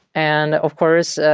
and of course,